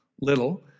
Little